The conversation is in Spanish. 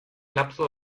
lapso